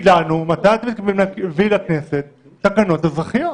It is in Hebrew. לנו מתי אתם מתכוונים להביא לכנסת תקנות אזרחיות?